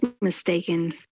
mistaken